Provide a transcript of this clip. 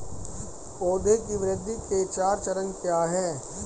पौधे की वृद्धि के चार चरण क्या हैं?